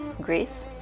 Greece